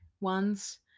ones